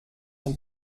some